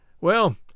Well